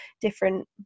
different